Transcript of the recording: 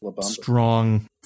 strong